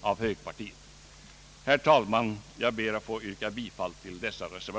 få yrka